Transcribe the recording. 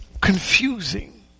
confusing